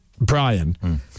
Brian